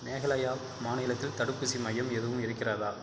மேகாலயா மாநிலத்தில் தடுப்பூசி மையம் எதுவும் இருக்கிறதா